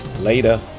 Later